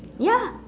ya